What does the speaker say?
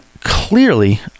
clearly